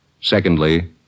Secondly